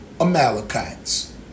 Amalekites